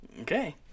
Okay